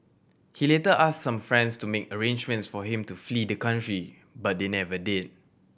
he later asked some friends to make arrangements for him to flee the country but they never did